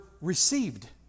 received